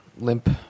limp